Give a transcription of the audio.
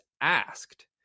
asked